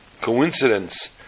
coincidence